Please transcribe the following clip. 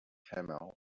camel